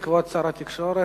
כבוד שר התקשורת,